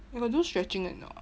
you got do stretching or not